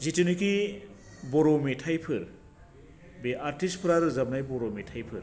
जिथुनोखि बर' मेथायफोर बे आर्टसफोरा रोजाबनाय बर' मेथायफोर